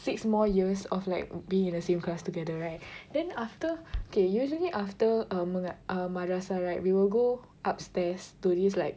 six more years of like being in the same class together right then after okay usually after um menga~ ah madrasah right we will go upstairs to this like